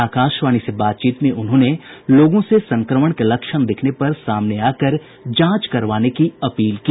आकाशवाणी से बातचीत में उन्होंने लोगों से संक्रमण के लक्षण दिखने पर सामने आकर जांच करवाने की अपील की